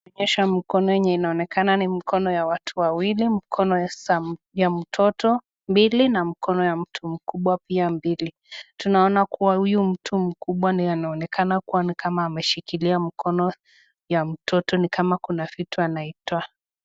Tunaonyesha mkono yenye inaonekana ni mkono ya watu wawili. Mkono ya mtoto mbili na mkono ya mtu mkubwa pia mbili. Tunaona kuwa huyu mtu mkubwa ndio anaonekana ni kama ameshikilia mkono ya mtoto ni kama kuna vitu anaitoa.